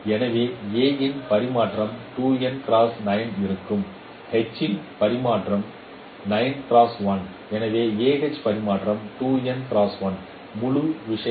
எனவே A இன் பரிமாணம் இருக்கும் h இன் பரிமாணம் எனவே Ah பரிமாணம் முழு விஷயம்